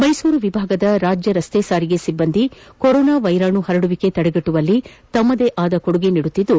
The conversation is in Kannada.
ಮೈಸೂರು ವಿಭಾಗದ ರಾಜ್ಯ ರಸ್ತೆ ಸಾರಿಗೆ ಸಿಬ್ಬಂದಿ ಕೊರೋನಾ ವೈರಾಣು ಹರಡುವಿಕೆ ತಡೆಗಟ್ಟುವಲ್ಲಿ ತಮ್ಮದೇ ಆದ ಕೊಡುಗೆ ನೀಡುತ್ತಿದ್ದು